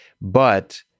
But-